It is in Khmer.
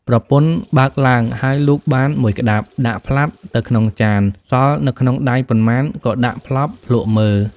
ប្រពន្ធបើកឡើងហើយលូកបាន១ក្ដាប់ដាក់ផ្លាប់ទៅក្នុងចានសល់នៅក្នុងដៃប៉ុន្មានក៏ដាក់ផ្លប់ភ្លក់មើល។